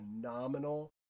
phenomenal